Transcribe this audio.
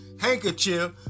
Handkerchief